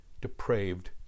depraved